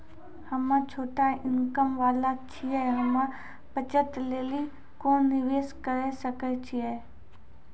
हम्मय छोटा इनकम वाला छियै, हम्मय बचत लेली कोंन निवेश करें सकय छियै?